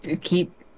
keep